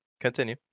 continue